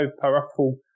powerful